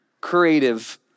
creative